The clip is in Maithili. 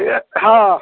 ए हँ